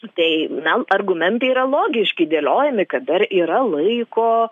tai na argumentai yra logiškai dėliojami kad dar yra laiko